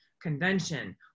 Convention